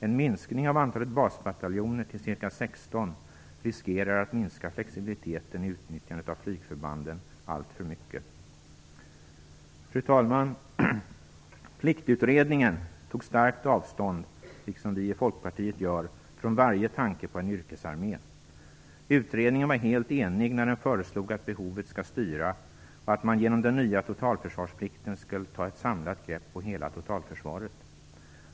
En minskning av antalet basbataljoner till ca 16 riskerar att minska flexibiliteten i utnyttjandet av flygförbanden alltför mycket. Fru talman! Pliktutredningen tog starkt avstånd, liksom vi i Folkpartiet gör, från varje tanke på en yrkesarmé. Utredningen var helt enig när den föreslog att behovet skall styra och att man genom den nya totalförsvarsplikten skall ta ett samlat grepp på hela totalförsvaret.